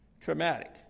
traumatic